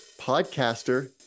podcaster